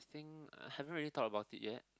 I think I haven't really thought about it yet